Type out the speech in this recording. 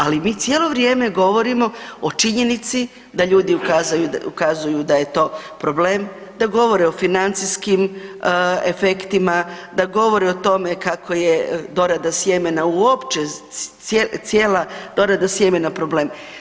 Ali mi cijelo vrijeme govorimo o činjenici da ljudi ukazuju da je to problem, da govore o financijskim efektima, da govore o tome kako je dorada sjemena uopće cijela dorada sjemena problem.